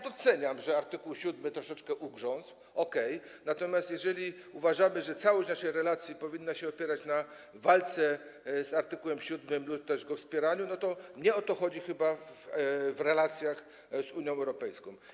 Doceniam, że art. 7 troszeczkę ugrzązł, okej, natomiast jeżeli uważamy, że całość naszej relacji powinna się opierać na walce z art. 7 lub też wspieraniu go, to chyba nie o to chodzi w relacjach z Unią Europejską.